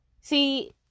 see